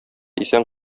исән